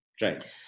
Right